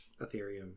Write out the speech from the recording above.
Ethereum